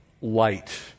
light